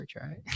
right